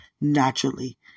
naturally